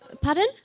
Pardon